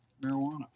marijuana